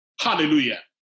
Hallelujah